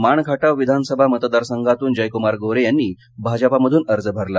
माण खटाव विधानसभा मतदार संघातून जयक्मार गोरे यांनी भाजपामधून अर्ज भरला